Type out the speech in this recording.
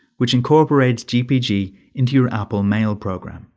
which incorporates gpg into your apple mail program.